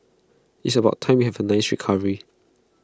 it's about time we had A nice recovery